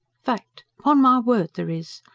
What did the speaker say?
fact! pon my word there is.